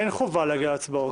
אין חובה להגיע להצבעות.